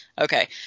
Okay